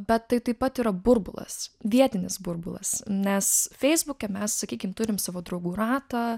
bet tai taip pat yra burbulas vietinis burbulas nes feisbuke mes sakykim turim savo draugų ratą